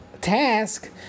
task